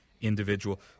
individual